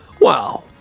Wow